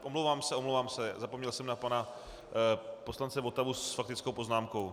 Omlouvám se, omlouvám se, zapomněl jsem na pana poslance Votavu s faktickou poznámkou.